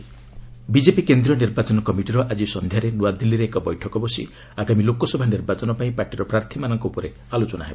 BJP CEC meeting BJP କେନ୍ଦ୍ରୀୟ ନିର୍ବାଚନ କମିଟିର ଆଜି ସନ୍ଧ୍ୟାରେ ନୂଆଦିଲ୍ଲୀରେ ଏକ ବୈଠକ ବସି ଆଗାମୀ ଲୋକସଭା ନିର୍ବାଚନ ପାଇଁ ପାର୍ଟିର ପାର୍ଥିମାନଙ୍କ ଉପରେ ଆଲୋଚନା ହେବ